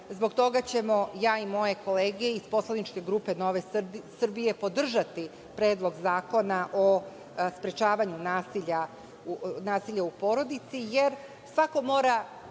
Zbog toga ćemo ja i moje kolege iz poslaničke grupe Nove Srbije podržati Predlog zakona o sprečavanju nasilja u porodici, jer svako mora